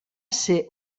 ser